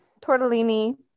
tortellini